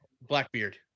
Blackbeard